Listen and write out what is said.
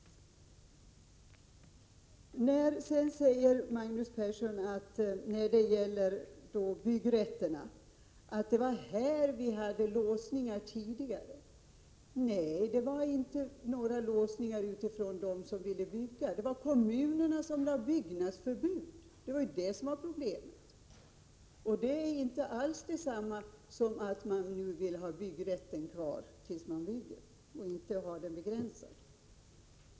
Sedan säger Magnus Persson när det gäller byggrätterna att det var här vi tidigare hade låsningar. Nej, det var inte några låsningar från deras sida som ville bygga — problemet var att kommunerna satte upp byggnadsförbud. Det är inte alls detsamma som att man nu vill ha byggrätten kvar tills man bygger och inte ha den begränsad.